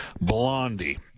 Blondie